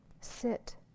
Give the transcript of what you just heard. Sit